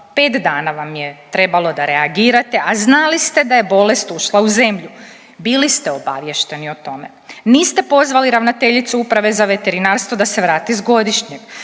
Pet dana vam je trebalo da reagirate, a znali ste da je bolest ušla u zemlju, bili ste obaviješteni o tome. Niste pozvali ravnateljicu Uprave za veterinarstvo da se vrati s godišnjeg